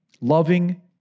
Loving